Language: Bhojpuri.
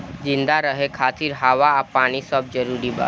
जिंदा रहे खातिर हवा आ पानी सब जरूरी बा